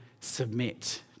submit